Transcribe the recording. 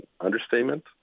understatement